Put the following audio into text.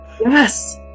yes